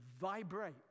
vibrate